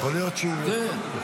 יכול להיות שהיא --- נכון,